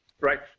Right